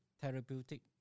therapeutic